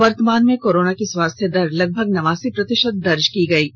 वर्तमान में कोरोना की स्वास्थ्य दर लगभग नवासी प्रतिशत दर्ज की गई है